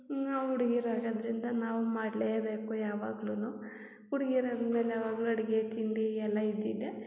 ನಾವು ಹುಡ್ಗೀರ್ ಆಗಿದ್ರಿಂದ ನಾವು ಮಾಡಲೇಬೇಕು ಯಾವಾಗ್ಲೂ ಹುಡ್ಗೀರ್ ಅಂದ್ಮೇಲೆ ಯಾವಾಗಲೂ ಅಡುಗೆ ತಿಂಡಿ ಎಲ್ಲ ಇದ್ದಿದ್ದೇ